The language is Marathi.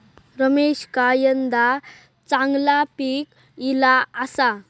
रमेशका यंदा चांगला पीक ईला आसा